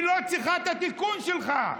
היא לא צריכה את התיקון שלך.